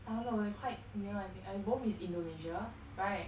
I don't know they're quite near [one] I th~ both is indonesia right